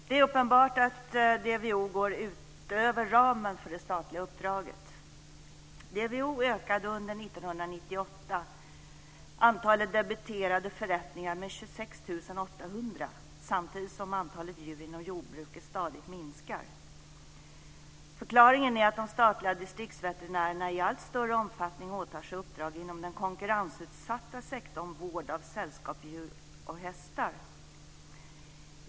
Det är uppenbart att DVO går utöver ramen för det statliga uppdraget. DVO ökade under 1998 antalet debiterade förrättningar med 26 800, samtidigt som antalet djur inom jordbruket stadigt minskar. Förklaringen är att de statliga distriktsveterinärerna i allt större omfattning åtar sig uppdrag inom den konkurrensutsatta sektorn vård av sällskapsdjur och hästar.